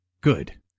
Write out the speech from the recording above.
Good